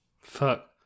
Fuck